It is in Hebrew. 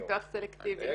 ניתוח סלקטיבי,